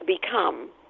become